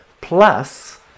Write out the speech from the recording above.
Plus